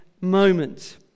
moment